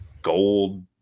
gold